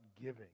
giving